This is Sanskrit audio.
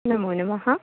नमो नमः